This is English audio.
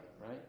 right